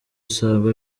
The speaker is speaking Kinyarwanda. usanga